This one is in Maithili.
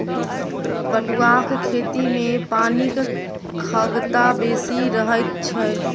पटुआक खेती मे पानिक खगता बेसी रहैत छै